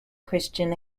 christian